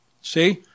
See